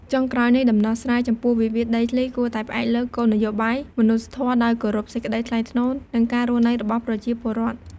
ចុងក្រោយនេះ ដំណោះស្រាយចំពោះវិវាទដីធ្លីគួរតែផ្អែកលើគោលនយោបាយមនុស្សធម៌ ដោយគោរពសេចក្តីថ្លៃថ្នូរនិងការរស់របស់ប្រជាពលរដ្ឋ។